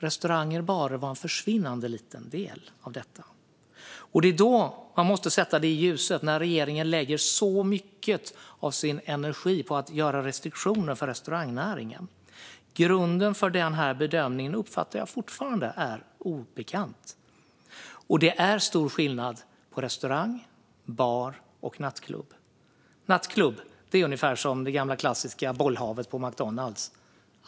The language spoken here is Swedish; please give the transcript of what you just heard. Restauranger och barer var en försvinnande liten del av detta. Man måste sätta detta i ljuset när regeringen lägger så mycket av sin energi på restriktioner för restaurangnäringen. Grunden för den bedömningen uppfattar jag fortfarande som obekant. Och det är stor skillnad på restaurang, bar och nattklubb. En nattklubb är ungefär som det gamla klassiska bollhavet på McDonalds.